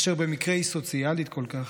אשר במקרה היא סוציאלית כל כך,